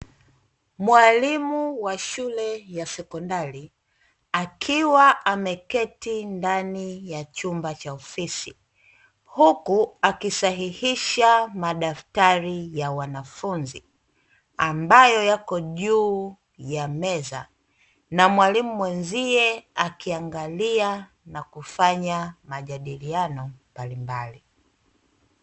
Mwalimu wa shule ya sekondari akiwa ameketi ndani ya chumba cha ofisi huku akisahihisha madaftari ya wanafunzi, ambayo yako juu ya meza na mwalimu mwenzie akiangalia na kufanya majadiliano mbalimbali.